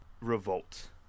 revolt